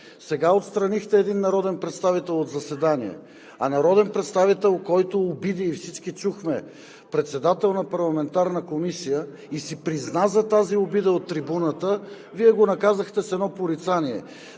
Сега отстранихте един народен представител от заседание, а народен представител, който обиди, всички чухме, председател на парламентарна комисия и си призна за тази обида от трибуната – Вие го наказахте с едно порицание.